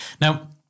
now